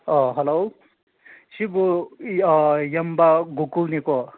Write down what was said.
ꯑꯣ ꯍꯜꯂꯣ ꯁꯤꯕꯨ ꯏꯌꯥꯝꯕ ꯒꯣꯀꯨꯜꯅꯤ ꯀꯣ